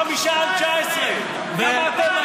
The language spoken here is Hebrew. אנחנו היינו חמישה על 19. אנחנו, ומה?